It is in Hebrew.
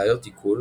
בעיות עיכול,